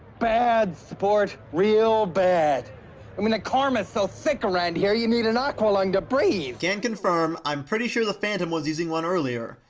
bad, sport. real i mean karma's so thick around here, you need an aqualung to breathe! can confirm. i'm pretty sure the phantom was using one earlier.